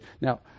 Now